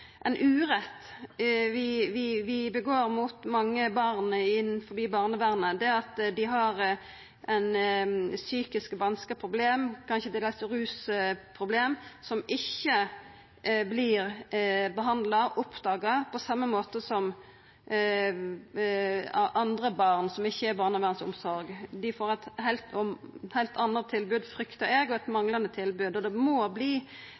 ein urett vi gjer mot mange barn innanfor barnevernet at dei har psykiske vanskar og problem, kanskje til dels rusproblem, som ikkje vert behandla og oppdaga på same måte som hos barn som ikkje er i barnevernsomsorg. Dei får eit heilt anna tilbod, fryktar eg, og eit manglande tilbod. Det må